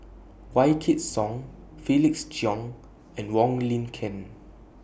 Wykidd Song Felix Cheong and Wong Lin Ken